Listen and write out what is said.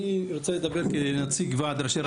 אני רוצה לדבר כנציג ועד ראשי רשויות.